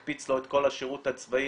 מקפיץ לו את כל השירות הצבאי,